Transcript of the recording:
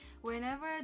Whenever